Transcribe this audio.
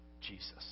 Jesus